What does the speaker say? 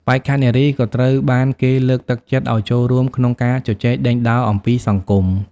បេក្ខនារីក៏ត្រូវបានគេលើកទឹកចិត្តឲ្យចូលរួមក្នុងការជជែកដេញដោលអំពីសង្គម។